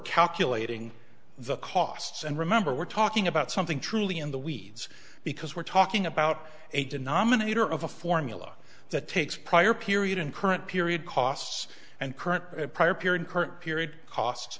calculating the costs and remember we're talking about something truly in the weeds because we're talking about a denominator of a formula that takes prior period and current period costs and